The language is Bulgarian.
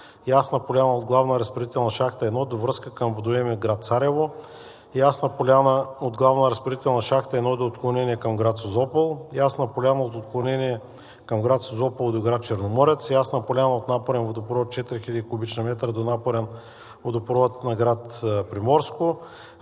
Ясна поляна от главна разпределителна шахта 1 до връзка към водоемен град Царево, Ясна поляна от главна разпределителна шахта 1 до отклонение към град Созопол, Ясна поляна от отклонение към град Созопол до град Черноморец, Ясна поляна от напорен водопровод 4000 куб. м до напорен водопровод на град Приморско,